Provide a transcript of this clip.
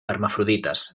hermafrodites